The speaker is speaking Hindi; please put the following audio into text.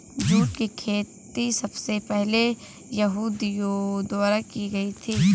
जूट की खेती सबसे पहले यहूदियों द्वारा की गयी थी